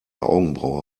augenbraue